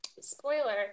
Spoiler